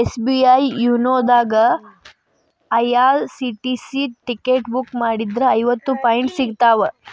SBI YONO ದಾಗಾ IRCTC ticket book ಮಾಡಿದ್ರ ಐವತ್ತು ಪಾಯಿಂಟ್ ಸಿಗ್ತಾವ